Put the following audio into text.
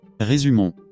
Résumons